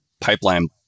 pipeline